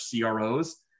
CROs